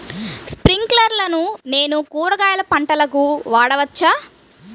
స్ప్రింక్లర్లను నేను కూరగాయల పంటలకు వాడవచ్చా?